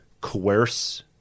coerce